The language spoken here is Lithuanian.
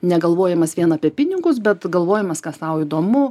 negalvojimas vien apie pinigus bet galvojimas kas tau įdomu